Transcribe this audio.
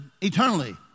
eternally